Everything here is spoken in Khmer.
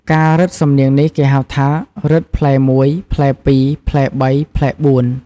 ការរឹតសំនៀងនេះគេហៅថា “រឹតផ្លែ១, ផ្លែ២, ផ្លែ ៣, ផ្លែ៤។